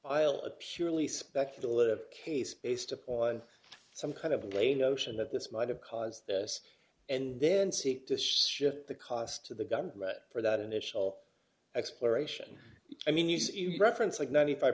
file a purely speculative case based on some kind of lay notion that this might have caused this and then seek to shift the cost to the government for that initial exploration i mean you see reference like ninety five